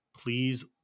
Please